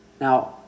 Now